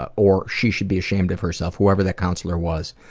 ah or she should be ashamed of herself, whoever that counselor was.